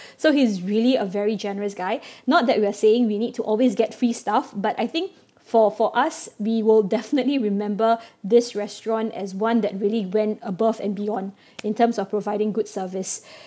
so he's really a very generous guy not that we're saying we need to always get free stuff but I think for for us we will definitely remember this restaurant as one that really went above and beyond in terms of providing good service